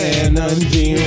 energy